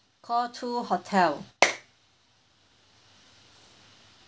call two hotel